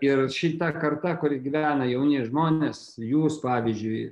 ir šita karta kuri gyvena jauni žmonės jūs pavyzdžiui